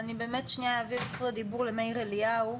אני באמת שניה אתן את זכות הדיבור למאיר אליהו,